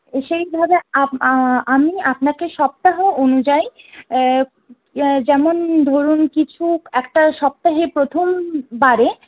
সেইভাবে আমি আপনাকে সপ্তাহ অনুযায়ী যেমন ধরুন কিছু একটা সপ্তাহে প্রথমবারে